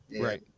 Right